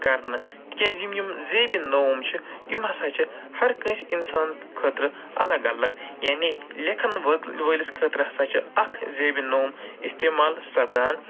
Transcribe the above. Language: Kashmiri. کرنہٕ تِکیازِ یِم یِم زیبہٕ نٲم چھِ یِم ہسا چھِ ہَر کٲنسہِ اِنسانَس خٲطرٕ اَلگ اَلگ یعنی لٮ۪کھَن وٲت وٲلِس خٲطرٕ ہسا چھِ اکھ زیبی نٲم اٮستعمال سَپدان